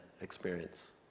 experience